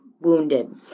wounded